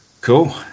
Cool